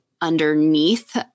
underneath